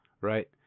Right